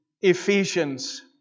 Ephesians